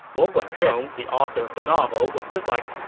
luo guanzhong, the author of the novel, was just like,